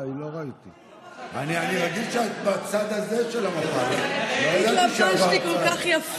אני רגיל שאת בצד הזה, לא ידעתי שעברת צד.